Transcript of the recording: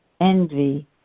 envy